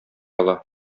ала